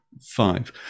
five